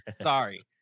sorry